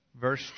verse